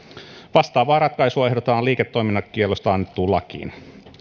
vastaavaa ratkaisua ehdotetaan liiketoimintakiellosta annettuun lakiin